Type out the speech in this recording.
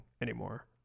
anymore